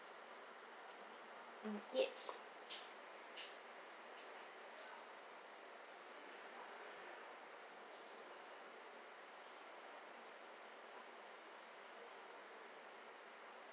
mm yes